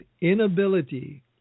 inability